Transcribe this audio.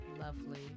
Lovely